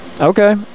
Okay